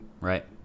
right